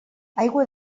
aigua